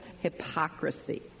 hypocrisy